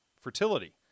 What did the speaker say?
fertility